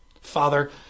Father